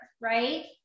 Right